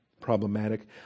problematic